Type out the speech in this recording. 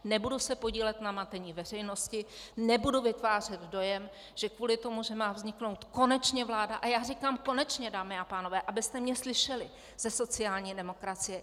Nebudu se podílet na matení veřejnosti, nebudu vytvářet dojem, že kvůli tomu, že má vzniknout konečně vláda a já říkám konečně, dámy a pánové, abyste mě slyšeli, ze sociální demokracie.